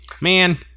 Man